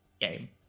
game